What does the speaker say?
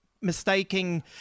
mistaking